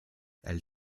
elle